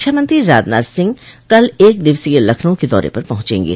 रक्षामंत्री राजनाथ सिंह कल एक दिवसीय लखनऊ के दौरे पर पहुंचेंगे